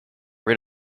rid